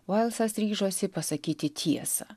velsas ryžosi pasakyti tiesą